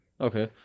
Okay